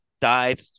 died